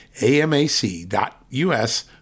amac.us